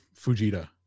Fujita